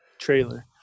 trailer